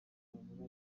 bavuga